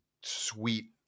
sweet